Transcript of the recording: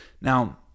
Now